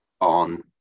on